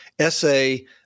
essay